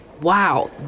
Wow